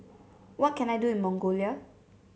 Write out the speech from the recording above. what can I do in Mongolia